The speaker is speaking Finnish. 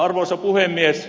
arvoisa puhemies